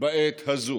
בעת הזו.